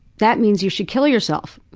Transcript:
that means you should kill yourself.